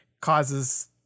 causes